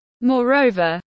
Moreover